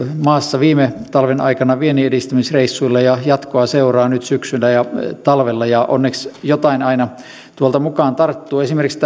maassa viime talven aikana vienninedistämisreissuilla ja jatkoa seuraa nyt syksyllä ja talvella ja onneksi jotain aina tuolta mukaan tarttuu esimerkiksi